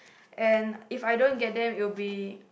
and If I don't get them it'll be